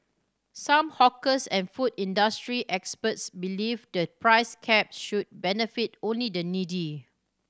some hawkers and food industry experts believe the price cap should benefit only the needy